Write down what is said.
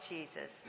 Jesus